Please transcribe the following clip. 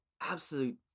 absolute